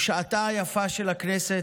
הוא שעתה היפה של הכנסת,